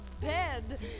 bed